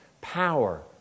power